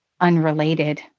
unrelated